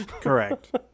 Correct